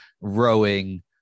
rowing